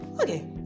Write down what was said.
okay